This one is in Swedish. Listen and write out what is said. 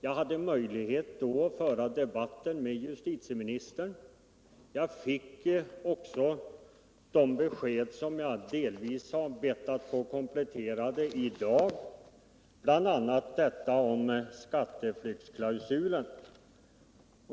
Jag hade då möjlighet att föra debatt med justitieministern, och jag fick också de besked som jag delvis har bett att få kompletterade i dag, bl.a. detta om skatteflyktsklausulen.